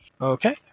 Okay